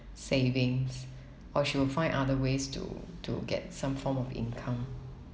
savings or she will find other ways to to get some form of income